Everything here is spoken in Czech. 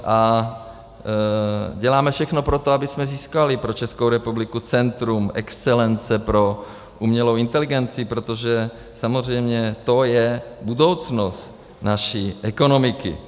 A děláme všechno pro to, abychom získali pro Českou republiku centrum excelence pro umělou inteligenci, protože samozřejmě to je budoucnost naší ekonomiky.